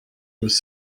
was